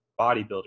bodybuilder